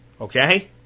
Okay